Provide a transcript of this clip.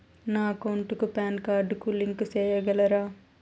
నా అకౌంట్ కు PAN card link సేయగలరా?